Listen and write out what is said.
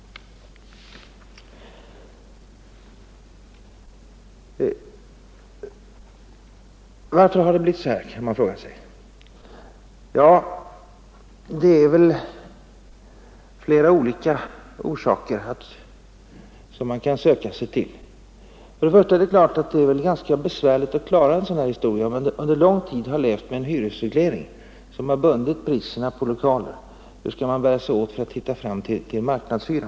Då kan man fråga varför utvecklingen har blivit denna. Ja, det är väl flera orsaker till det. Först och främst är det givetvis svårt att klara en sådan här avveckling, om man under lång tid har levt med en hyresreglering som har bundit priserna på lokaler. Hur skall man då bära sig åt för att komma fram till en marknadshyra?